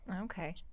okay